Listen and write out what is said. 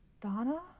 Donna